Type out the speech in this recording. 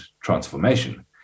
transformation